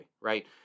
right